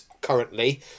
currently